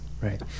right